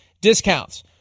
discounts